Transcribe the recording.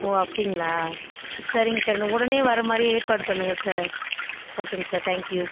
ஓ அப்டிங்களா சரிங்க சார் இன்னும் உடனே வர மாதிரி ஏற்பாடு பண்ணுங்கள் சார் ஓகேங்க சார் தேங்க் யூ